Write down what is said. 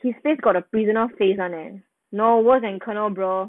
his face got a regional face [one] leh no worse than colonel bro